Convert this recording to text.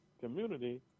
community